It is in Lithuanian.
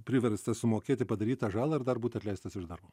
priverstas sumokėti padarytą žalą ir dar būti atleistas iš darbo